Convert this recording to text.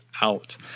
out